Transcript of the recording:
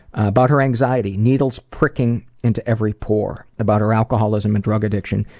about her anxiety, needles pricking into every pore. about her alcoholism and drug addiction,